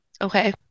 Okay